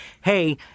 hey